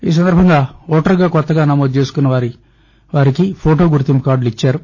ఈ సందర్బంగా ఓటరుగా కొత్తగా నమోదు చేసుకున్నవారికి ఫోటో గుర్తింపు కార్టులు ఇచ్చారు